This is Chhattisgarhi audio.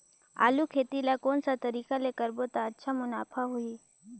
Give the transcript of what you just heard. आलू खेती ला कोन सा तरीका ले करबो त अच्छा मुनाफा होही?